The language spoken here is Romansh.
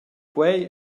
quei